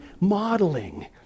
modeling